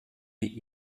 wie